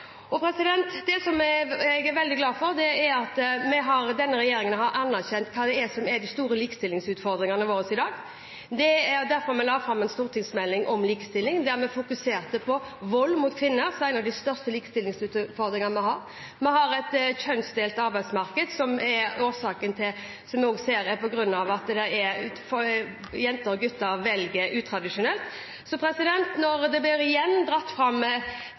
Det som jeg er veldig glad for, er at denne regjeringen har anerkjent hva som er de store likestillingsutfordringene våre i dag. Det er derfor vi la fram en stortingsmelding om likestilling, der vi fokuserte på vold mot kvinner, som er en av de største likestillingsutfordringene vi har. Vi har et kjønnsdelt arbeidsmarked, som vi ser er på grunn av at jenter og gutter velger tradisjonelt. Når fedrekvoten igjen blir dratt fram: Likestillingen i Norge står ikke og faller på fire uker pappaperm, men på det